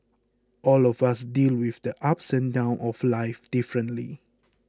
all of us deal with the ups and downs of life differently